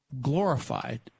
glorified